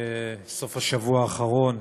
בסוף השבוע האחרון.